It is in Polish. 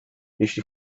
jeśli